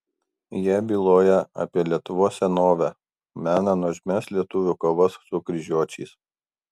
jie byloja apie lietuvos senovę mena nuožmias lietuvių kovas su kryžiuočiais